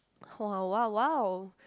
!wow! !wow! !wow!